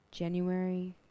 January